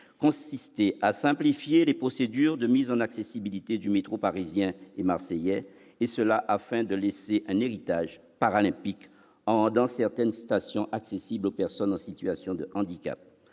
consisté à simplifier les procédures de mise en accessibilité du métro parisien et marseillais, et ce afin de laisser un « héritage paralympique » en rendant certaines stations accessibles aux personnes en situation de handicap.